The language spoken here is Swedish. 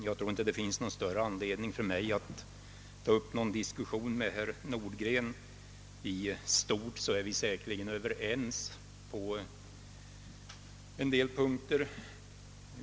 Herr talman! Det finns ingen anledning för mig att här ta upp någon diskussion med herr Nordgren. Vi är säkert överens i stort.